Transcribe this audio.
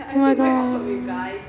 oh my god